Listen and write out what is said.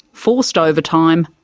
forced overtime,